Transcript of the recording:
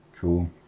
Cool